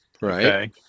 right